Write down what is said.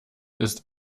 ist